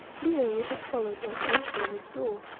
leo would have followed her through a furnace door,